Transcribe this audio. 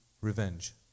revenge